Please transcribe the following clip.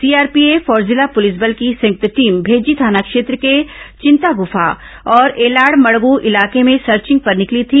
CRPF और जिला police बल की संयुक्त टीम भेज्जी थाना क्षेत्र के चिंताग्फा और एलाइमड़ग् इलाके में सर्चिंग पर निकली थी